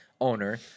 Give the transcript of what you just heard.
owner